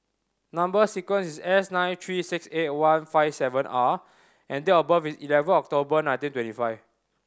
number sequence is S nine three six eight one five seven R and date of birth is eleven October nineteen twenty five